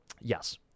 Yes